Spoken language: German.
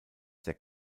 der